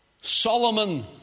Solomon